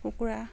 কুকুৰা